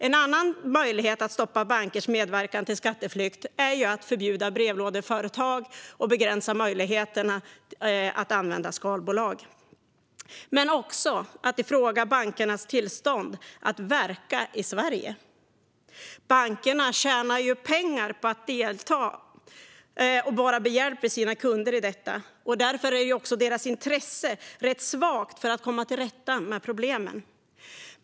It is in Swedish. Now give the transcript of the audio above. En annan möjlighet att stoppa bankers medverkan till skatteflykt är att förbjuda brevlådeföretag och begränsa möjligheterna att använda skalbolag men också att ifrågasätta bankernas tillstånd att verka i Sverige. Bankerna tjänar pengar på att delta och vara sina kunder behjälpliga i detta, och därför är deras intresse för att komma till rätta med problemen rätt svagt.